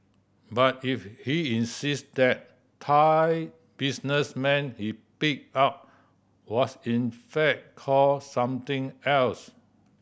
but if he insisted that Thai businessman he picked up was in fact called something else